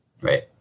right